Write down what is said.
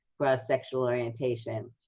cross-sexual orientation.